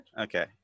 Okay